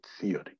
theory